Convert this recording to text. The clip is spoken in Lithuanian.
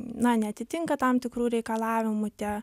na neatitinka tam tikrų reikalavimų tie